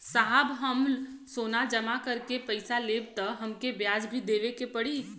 साहब हम सोना जमा करके पैसा लेब त हमके ब्याज भी देवे के पड़ी?